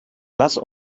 lass